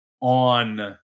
on